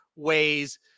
ways